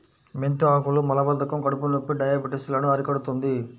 మెంతి ఆకులు మలబద్ధకం, కడుపునొప్పి, డయాబెటిస్ లను అరికడుతుంది